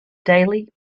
daily